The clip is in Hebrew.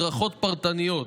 8. הדרכות פרטניות,